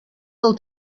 del